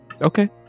Okay